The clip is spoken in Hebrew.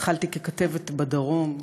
התחלתי ככתבת בדרום,